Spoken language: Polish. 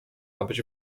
abyś